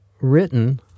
written